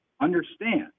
understand